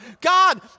God